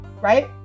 right